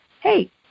hey